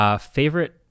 Favorite